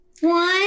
One